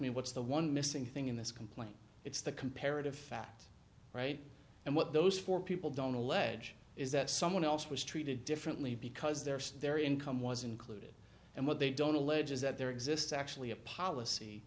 me what's the one missing thing in this complaint it's the comparative fact right and what those four people don't allege is that someone else was treated differently because their their income was included and what they don't allege is that there exists actually a policy